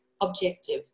objective